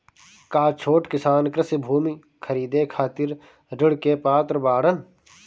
का छोट किसान कृषि भूमि खरीदे खातिर ऋण के पात्र बाडन?